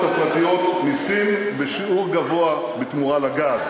הפרטיות מסים בשיעור גבוה בתמורה לגז,